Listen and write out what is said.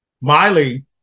Miley